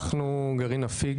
אנחנו גרעין אפיק,